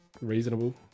reasonable